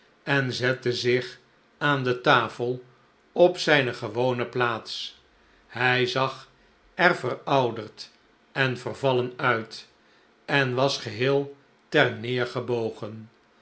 en zette zich aan de tafel op zijne gewone plaats hij zagerverouderd en vervallen uit en was geheel terneergebogen